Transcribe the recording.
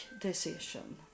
decision